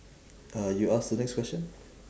uh you ask the next question